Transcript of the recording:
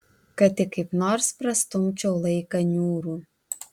kad tik kaip nors prastumčiau laiką niūrų